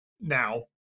now